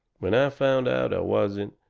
when i found out i wasn't,